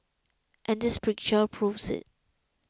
and this picture proves it